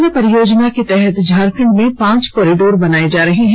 भारतमाला परियोजना के तहत झारखंड में पांच कॉरिडोर बनाए जा रहे हैं